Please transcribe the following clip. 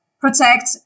protect